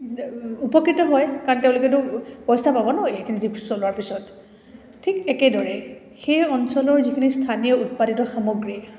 উপকৃত হয় কাৰণ তেওঁলোকেতেতো পইচা পাব ন এইখিনি জীপ চলোৱাৰ পিছত ঠিক একেদৰে সেই অঞ্চলৰ যিখিনি স্থানীয় উৎপাদিত সামগ্ৰী